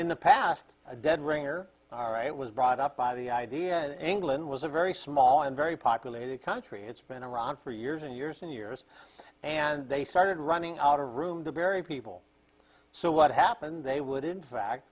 in the past a dead ringer alright it was brought up by the idea and england was a very small and very populated country it's been around for years and years and years and they started running out of room to bury people so what happened they would in fact